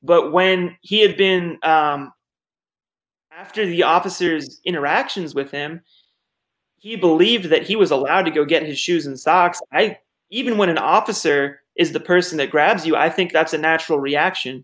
but when he had been after the officers interactions with him you believe that he was allowed to go get his shoes and socks i even when an officer is the person that grabs you i think that's a natural reaction